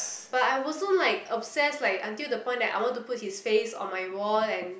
but I wasn't like obsess like until the point like that I want to put his face on my wall and